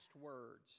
words